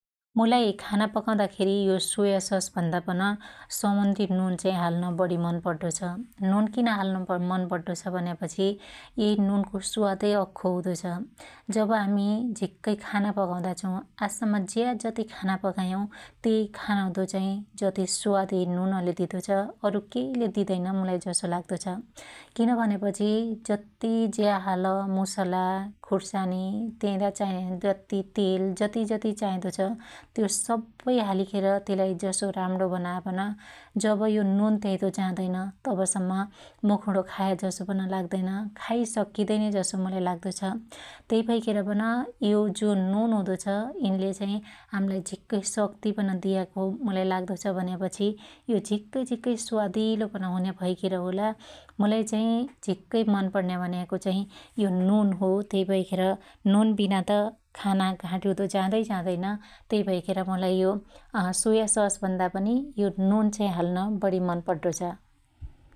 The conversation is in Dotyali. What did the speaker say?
मुलाई खाना पकाउदा खेरी यो स्वया सर भन्दा पन समुन्द्री नुन चाहि हाल्नु बढी मन पड्डो छ । नुन कीन हाल्नु मन पड्डो छ भन्यापछी यै नुनको स्वादै अख्खै हुदो छ । जब हामी झिक्कै खाना पकाउदा छु आज सम्म ज्या जति खाना पकायाउ त्यई खानाउदो चाहि जती स्वादी नुनले दिदो छ अरु केईले दिदैन मुलाई जसो लाग्दो छ । किन भन्यापछि जत्ती ज्या हाल मुसला खुर्सानी त्यादा चन्या जती तेल जती जती चाईदो छ त्यो सब्बै हालीखेर त्यइलाई जसो राम्णो बनायापन जब यो नुन त्याइदो जादैन तब सम्म मुखुणो खाया जसो पन लाग्दैन । खाई सक्कीदैनै जसो मलाई लाग्दो छ । त्यै भैखेर पन यो जो नुन हुदो छ यिनले चाहि हाम्लाई झिक्कै शक्त्ति पन दियाको मलाई लाग्दो छ भन्यापछि यो झिक्कै झीक्कै स्वादिलो पन हुन्या भैखेर होला मुलाई चाहि झिक्कै मन पणन्या भन्याको चाइ यो नुन हो त्यई भैखेर नुन बिनात खाना घाटीउदो जादई जादैन त्यै भैखेर मलाई यो अस्वाया सर भन्दा पनि यो नुन चाई हाल्न बढी मन पड्डो छ ।